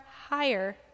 higher